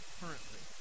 currently